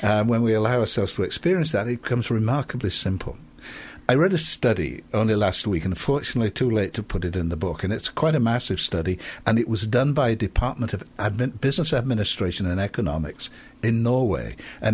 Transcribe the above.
so when we allow ourselves to experience that it becomes remarkably simple i read a study only last week unfortunately too late to put it in the book and it's quite a massive study and it was done by department of i've been business administration and economics in norway and